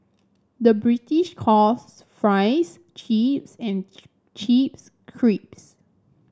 the British calls fries chips and chips crisps